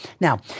Now